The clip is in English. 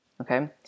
Okay